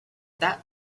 that